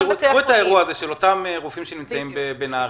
של אותם רופאים שנמצאים בנהריה,